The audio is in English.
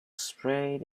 sprayed